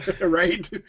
Right